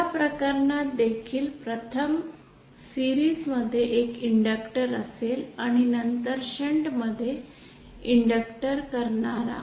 या प्रकरणात देखील प्रथम मालिकेतील एक इंडक्टर असेल आणि नंतर शंट मध्ये इंडक्टर करणारा